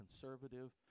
conservative